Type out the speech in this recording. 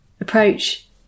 approach